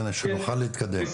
שנוכל להתקדם.